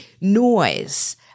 noise